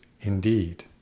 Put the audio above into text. indeed